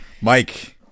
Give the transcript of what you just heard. Mike